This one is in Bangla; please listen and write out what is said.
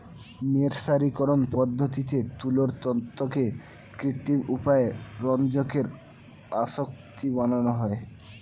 মের্সারিকরন পদ্ধতিতে তুলোর তন্তুতে কৃত্রিম উপায়ে রঞ্জকের আসক্তি বাড়ানো হয়